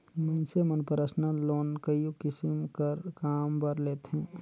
मइनसे मन personal loan कइयो किसिम कर काम बर लेथें